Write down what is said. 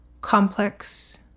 complex